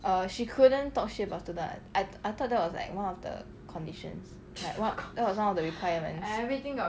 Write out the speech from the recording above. err she couldn't talk shit about student [what] I thought that was like one of the conditions like that was one of the requirements